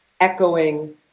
echoing